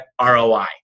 ROI